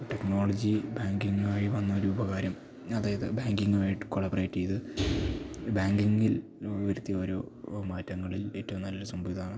technology ബാങ്കിങ്ങായി വന്ന ഒരു പകരം അതായത് ബാങ്കിങ്ങുമായിട്ട് കൊളാബറേറ്റ് യ്ത് ബാങ്കിങ്ങിൽ വരുത്തിയ ഓരോ മാറ്റങ്ങളിൽ ഏറ്റവും നല്ല സംഭവം ഇതാണ്